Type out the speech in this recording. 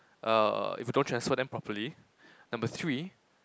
uh if you don't transfer them properly number three